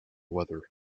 weather